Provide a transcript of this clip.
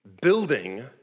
building